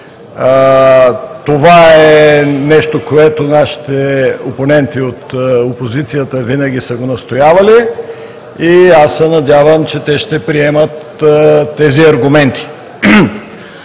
Това е нещо, което нашите опоненти от опозицията винаги са го настоявали, и аз се надявам, че те ще приемат тези аргументи.